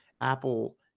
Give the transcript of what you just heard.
Apple